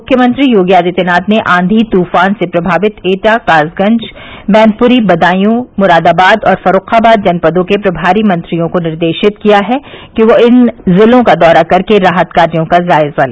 मुख्यमंत्री योगी आदित्यनाथ ने आंधी तूछान से प्रभावित एटा कासगंज मैनपुरी बदायू मुरादाबाद और फर्रुखाबाद जनपदों के प्रभारी मंत्रियों को निर्देशित किया है कि व इन ज़िलों का दौरा कर के राहत कार्यो का जायज़ा ले